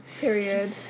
Period